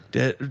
Dead